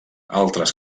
altres